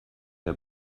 der